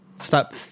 stop